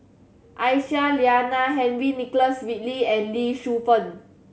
Aisyah Lyana Henry Nicholas Ridley and Lee Shu Fen